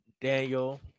Daniel